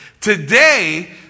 Today